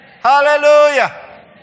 Hallelujah